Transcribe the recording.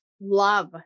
love